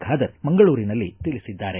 ಖಾದರ್ ಮಂಗಳೂರಿನಲ್ಲಿ ತಿಳಿಸಿದ್ದಾರೆ